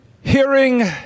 hearing